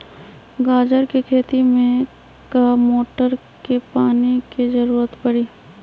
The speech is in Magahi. गाजर के खेती में का मोटर के पानी के ज़रूरत परी?